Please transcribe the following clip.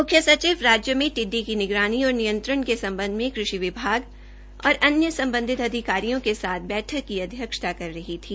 मुख्य सचिव राज्य में टिडडी की निगरानी और नियंत्रण के सम्बध में कृषि विभाग और अन्य सम्बाधित अधिकारियों के साथ बैठक की अध्यक्षता कर रही थी